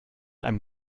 einem